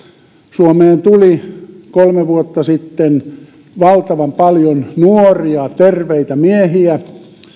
suomeen tuli kolme vuotta sitten valtavan paljon nuoria terveitä miehiä